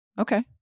Okay